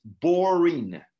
boring